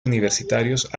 universitarios